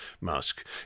Musk